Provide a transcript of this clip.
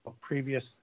previous